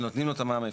נותנים לו מע"מ אפס.